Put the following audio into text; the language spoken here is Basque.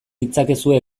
ditzakezue